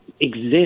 exist